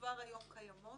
שכבר היום קיימות,